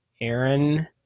Aaron